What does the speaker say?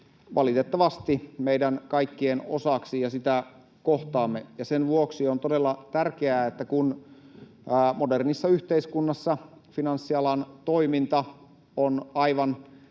valitettavasti meidän kaikkien osaksi ja sitä kohtaamme. Sen vuoksi on todella tärkeää, että kun modernissa yhteiskunnassa finanssialan toiminta on aivan